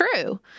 true